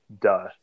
duh